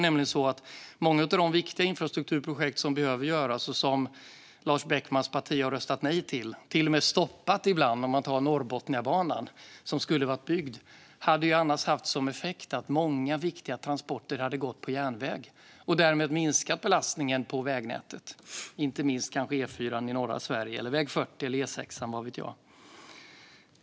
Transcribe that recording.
De viktiga infrastrukturprojekt som behöver göras och som Lars Beckmans parti har röstat nej till - till och med stoppat ibland, till exempel Norrbotniabanan som skulle ha varit byggd nu - skulle ha haft som effekt att många viktiga transporter hade gått på järnväg och därmed minskat belastningen på vägnätet, kanske E4:an i norra Sverige, väg 40 eller E6:an, vad vet jag.